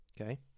Okay